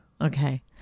Okay